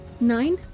nine